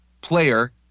player